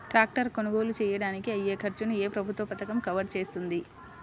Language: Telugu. ట్రాక్టర్ కొనుగోలు చేయడానికి అయ్యే ఖర్చును ఏ ప్రభుత్వ పథకం కవర్ చేస్తుంది?